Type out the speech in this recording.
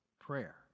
Prayer